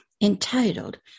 entitled